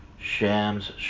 Shams